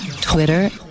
Twitter